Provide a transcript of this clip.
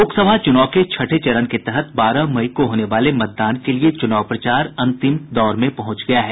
लोकसभा चूनाव के छठे चरण के तहत बारह मई को होने वाले मतदान के लिए चुनाव प्रचार अंतिम दौर में पहुंच गया है